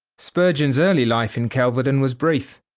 spurgeon's early life in kelvedon was brief.